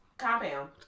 Compound